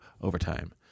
overtime